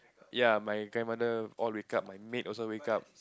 ya my grandmother all wake up my maid also wake up